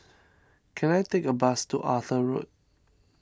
can I take a bus to Arthur Road